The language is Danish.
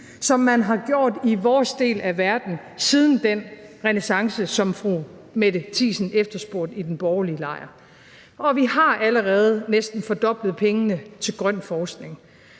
som man har gjort i vores del af verden siden den renæssance, som fru Mette Thiesen efterspurgte i den borgerlige lejr. Vi har allerede næsten fordoblet pengene til grøn forskning.